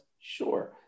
Sure